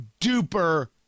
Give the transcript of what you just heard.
duper